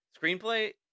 screenplay